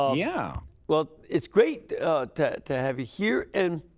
um yeah but it's great to to have you here. and